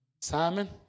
Simon